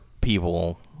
people